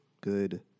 good